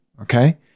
Okay